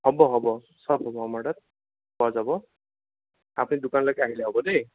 হ'ব হ'ব চব হ'ব আমাৰ তাত পোৱা যাব আপুনি দোকানলৈকে আহিলে হ'ব দেই